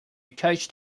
coached